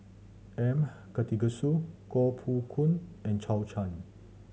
M Karthigesu Koh Poh Koon and Zhou Can